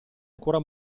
ancora